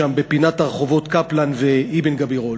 שם בפינת הרחובות קפלן ואבן-גבירול.